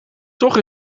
toch